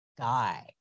guy